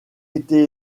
été